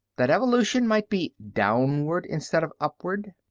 that evolution might be downward instead of upward?